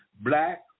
black